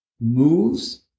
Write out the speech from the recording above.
moves